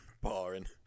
Boring